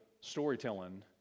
storytelling